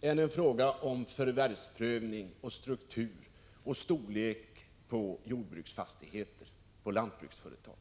än en fråga om förvärvsprövning samt struktur och storlek på jordbruksfastigheter hos lantbruksföretag.